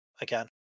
again